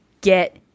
get